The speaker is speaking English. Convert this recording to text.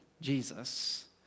Jesus